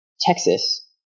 Texas